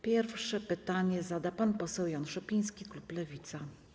Pierwsze pytanie zada pan poseł Jan Szopiński, klub Lewica.